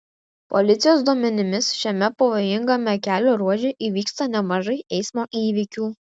policijos duomenimis šiame pavojingame kelio ruože įvyksta nemažai eismo įvykių